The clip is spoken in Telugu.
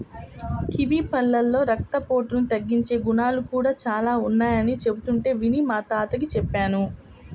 కివీ పళ్ళలో రక్తపోటును తగ్గించే గుణాలు కూడా చానా ఉన్నయ్యని చెబుతుంటే విని మా తాతకి చెప్పాను